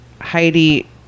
Heidi